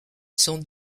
son